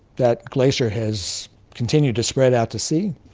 that glacier has continued to spread out to sea,